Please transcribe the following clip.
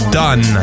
done